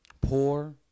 poor